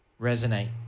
resonate